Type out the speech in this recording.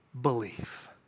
belief